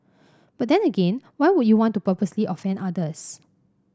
but then again why would you want to purposely offend others